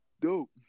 dope